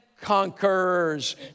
conquerors